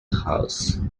house